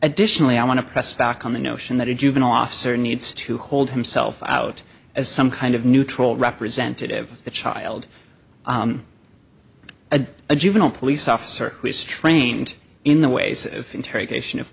additionally i want to press back on the notion that a juvenile officer needs to hold himself out as some kind of neutral representative the child of a juvenile police officer who is trained in the ways of interrogation